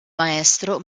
maestro